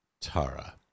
Tara